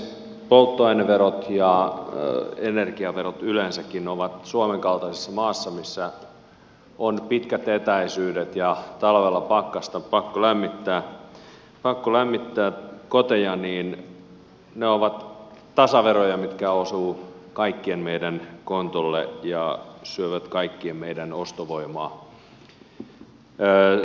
polttoaineverot ja energiaverot yleensäkin ovat tasaveroja suomen kaltaisessa maassa missä on pitkät etäisyydet ja talvella pakkasta pakko lämmittää koteja ja ne osuvat kaikkien meidän kontolle ja syövät kaikkien meidän ostovoimaa